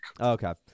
Okay